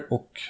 Och